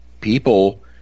people